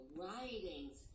writings